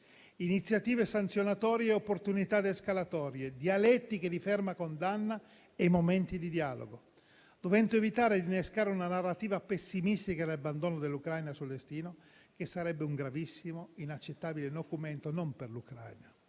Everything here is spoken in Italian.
iniziative sanzionatorie e opportunità de-escalatorie, dialettiche di ferma condanna e momenti di dialogo, dovendo evitare di innescare una narrativa pessimistica e di abbandono dell'Ucraina al suo destino, che sarebbe un gravissimo e inaccettabile nocumento non per l'Ucraina,